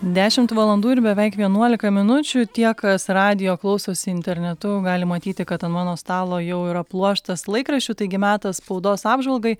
dešimt valandų ir beveik vienuolika minučių tie kas radijo klausosi internetu gali matyti kad an mano stalo jau yra pluoštas laikraščių taigi metas spaudos apžvalgai